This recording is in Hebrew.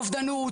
אובדנות.